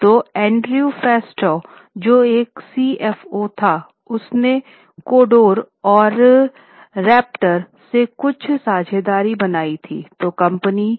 तो Andrew Fastow जो एक सीएफओ था उसने कोंडोर और रैप्टर से कुछ साझेदारियां बनाई थीं